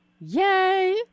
yay